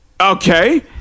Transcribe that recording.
okay